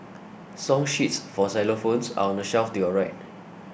song sheets for xylophones are on the shelf to your right